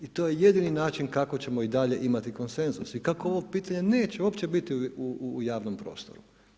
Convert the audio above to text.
I to je jedini način kako ćemo i dalje imati konsenzus i kako ovog pitanja neće uopće biti u javnom prostoru.